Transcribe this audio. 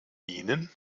ihnen